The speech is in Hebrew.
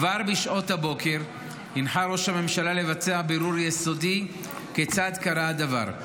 כבר בשעות הבוקר הנחה ראש הממשלה לבצע בירור יסודי כיצד קרה הדבר.